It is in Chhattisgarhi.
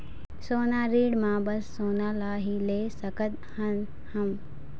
सोना ऋण मा बस सोना ला ही ले सकत हन हम?